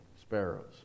sparrows